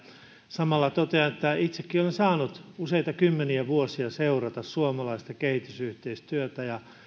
samalla totean että itsekin olen saanut useita kymmeniä vuosia seurata suomalaista kehitysyhteistyötä ja